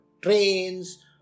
trains